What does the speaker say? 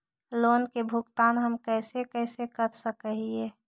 Loan के भुगतान हम कैसे कैसे कर सक हिय?